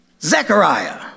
Zechariah